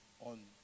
on